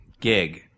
Gig